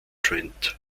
trent